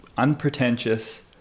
unpretentious